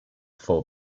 full